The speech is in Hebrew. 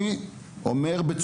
אני אומר למנהלים,